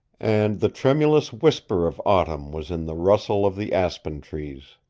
and the tremulous whisper of autumn was in the rustle of the aspen trees.